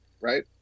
Right